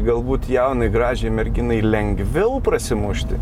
galbūt jaunai gražiai merginai lengviau prasimušti